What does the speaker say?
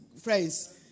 friends